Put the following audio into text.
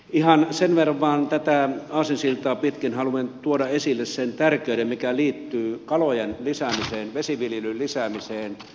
ihan sen verran vain tätä aasinsiltaa pitkin haluan tuoda esille sen tärkeyden mikä liittyy kalojen lisäämiseen vesiviljelyn lisäämiseen